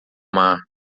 mar